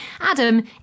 Adam